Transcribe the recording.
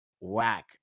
whack